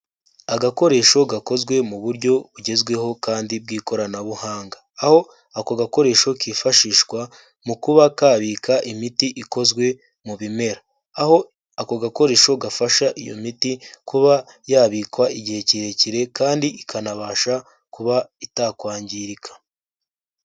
Agakoresho gakozwe mu buryo bugezweho kandi bw'ikoranabuhanga. Aho ako gakoresho kifashishwa mu kuba kabika imiti ikozwe mu bimera. Aho ako gakoresho gafasha iyo miti kuba yabikwa igihe kirekire, kandi ikanabasha kuba itakwangirika.